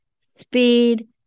speed